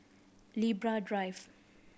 Libra Drive